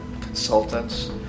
consultants